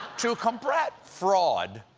to combat fraud,